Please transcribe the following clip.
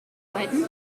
zweiten